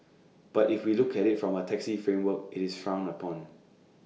but if we look at IT from A taxi framework IT is frowned upon